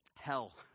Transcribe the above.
Hell